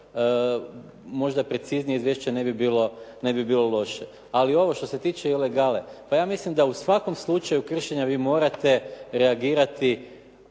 možda preciznije izvješće ne bi bilo loše. Ali ovo što se tiče ilegale, pa ja mislim da u svakom slučaju kršenja vi morate reagirati,